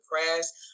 depressed